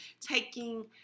taking